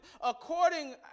according